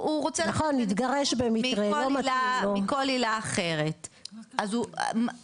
נכון, התגרש במקרה לא מתאים לא.